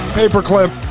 paperclip